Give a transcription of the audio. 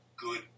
good